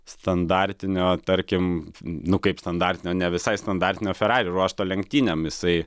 standartinio tarkim nu kaip standartinio ne visai standartinio ferari ruošto lenktynėm jisai